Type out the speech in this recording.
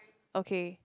okay